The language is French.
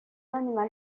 animal